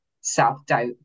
self-doubt